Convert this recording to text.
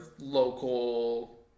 local